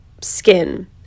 skin